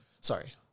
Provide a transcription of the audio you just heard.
sorry